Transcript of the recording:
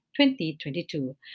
2022